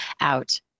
out